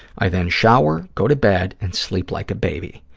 i then shower, go to bed, and sleep like a baby.